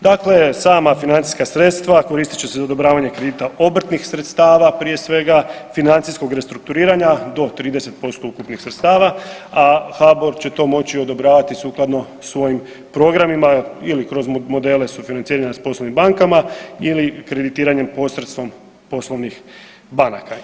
Dakle, sama financijska sredstva koristit će se za odobravanje kredita obrtnih sredstava prije svega, financijskog restrukturiranja do 30% ukupnih sredstava, a HBOR će to moći odobravati sukladno svojim programima ili kroz modele sufinanciranja s poslovnim bankama ili kreditiranjem posredstvom poslovnih banaka.